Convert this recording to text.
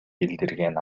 билдирген